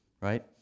right